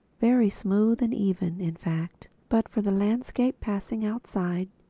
very smooth and even in fact, but for the landscape passing outside,